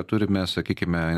turime sakykime